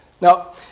Now